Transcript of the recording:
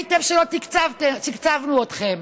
טעינו שלא תקצבנו אתכם,